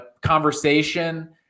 conversation